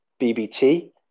BBT